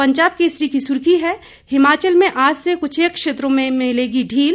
पंजाब केसरी की सुर्खी है हिमाचल में आज से कुछेक क्षेत्रों में ही मिलेगी ढील